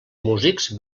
músics